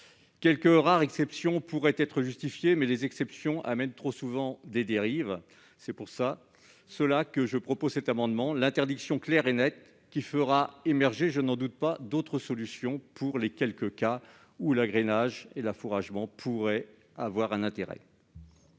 Quelques rares exceptions pourraient être justifiées, mais les exceptions amènent trop souvent leur lot de dérives. Voilà pourquoi je propose une interdiction claire et nette, qui fera émerger, je n'en doute pas, d'autres solutions pour les quelques cas où l'agrainage et l'affouragement pourraient avoir un intérêt.